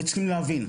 צריכים להבין,